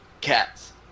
cats